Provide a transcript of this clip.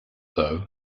though